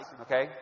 okay